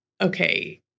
okay